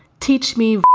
teach me.